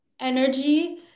Energy